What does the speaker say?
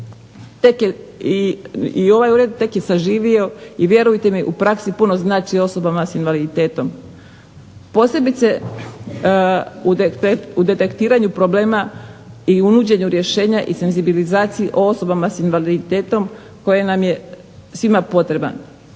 modeli i ovaj ured tek je saživio i vjerujte mi u praksi puno znači osobama sa invaliditetom posebice u detektiranju problema i u nuđenju rješenja i senzibilizaciji o osobama sa invaliditetom koji nam je svima potreban.